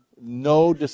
no